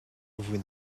vous